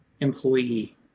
employee